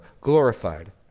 glorified